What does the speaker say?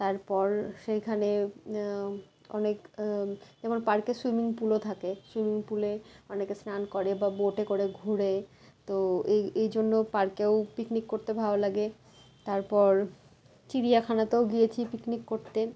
তারপর সেইখানে অনেক যেমন পার্কের সুইমিং পুলও থাকে সুইমিং পুলে অনেকে স্নান করে বা বোটে করে ঘোরে তো এই এই জন্য পার্কেও পিকনিক করতে ভালো লাগে তারপর চিড়িয়াখানাতেও গিয়েছি পিকনিক করতে